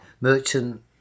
merchant